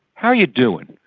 how are you doing?